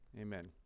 Amen